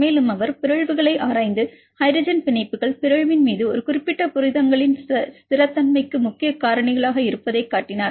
மேலும் அவர் பிறழ்வுகளை ஆராய்ந்து ஹைட்ரஜன் பிணைப்புகள் பிறழ்வின் மீது குறிப்பிட்ட புரதங்களின் ஸ்திரத்தன்மைக்கு முக்கிய காரணிகளாக இருப்பதைக் காட்டினார்